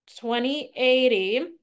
2080